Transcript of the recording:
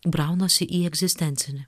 braunasi į egzistencinį